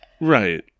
Right